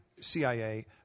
CIA